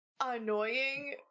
annoying